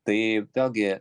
tai vėlgi